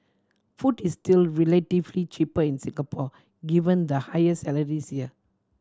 food is still relatively cheaper in Singapore given the higher salaries here